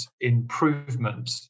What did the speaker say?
improvement